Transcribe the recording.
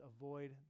avoid